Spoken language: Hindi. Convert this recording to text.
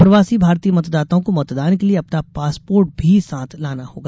अप्रावासी भारतीय मतदाताओं को मतदान के लिये अपना पासपोर्ट भी साथ लाना होगा